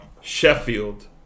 Sheffield